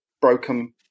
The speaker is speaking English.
broken